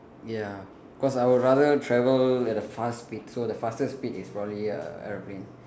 ya cause I would rather travel at a fast speed so the fastest speed is probably a aeroplane